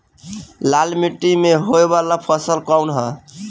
लाल मीट्टी में होए वाला फसल कउन ह?